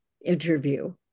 interview